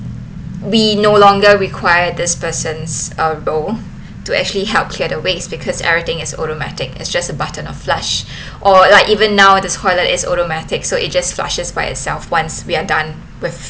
we no longer required this person's a bowl to actually healthcare to waste because everything is automatic it's just a button of flush or like even now the toilet is automatic so it just flushes by itself once we are done